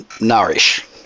nourish